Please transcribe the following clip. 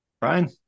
Brian